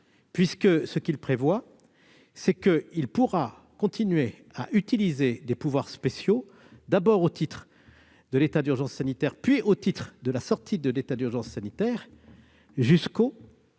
En effet, il souhaite pouvoir continuer à utiliser des pouvoirs spéciaux, d'abord au titre de l'état d'urgence sanitaire, puis au titre de la sortie de l'état d'urgence sanitaire, jusqu'au